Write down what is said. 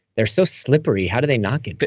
they're so slippery. how do they not get but